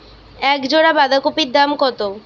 এক জোড়া বাঁধাকপির দাম কত?